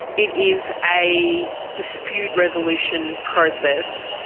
it is a dispute resolution process.